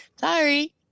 Sorry